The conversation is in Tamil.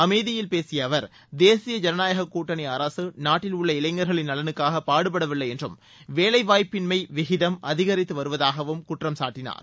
அமேதியில் பேசிய அவர் தேசிய ஜனநாயக கூட்டணி அரசு நாட்டில் உள்ள இளைஞர்களின் நலனுக்காக பாடுபடவில்லை என்றும் வேலைவாய்ப்பின்மை விகிதம் அதிகரித்து வருவதாகவும் குற்றம் சாட்டினார்